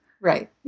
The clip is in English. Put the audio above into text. Right